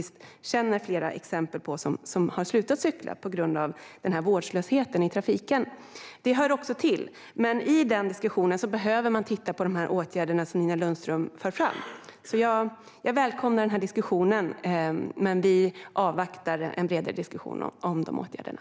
Jag känner till flera kvinnor som har slutat cykla på grund av vårdslösheten i trafiken. Det hör också till. I den diskussionen behöver man titta på åtgärderna som Nina Lundström för fram. Jag välkomnar alltså den diskussionen. Men vi avvaktar en bredare diskussion om de åtgärderna.